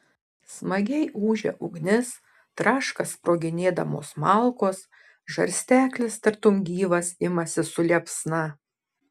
smagiai ūžia ugnis traška sproginėdamos malkos žarsteklis tartum gyvas imasi su liepsna